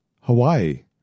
Hawaii